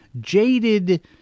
jaded